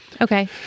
Okay